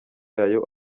yayo